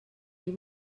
ell